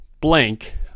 blank